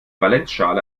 valenzschale